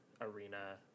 Arena